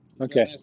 Okay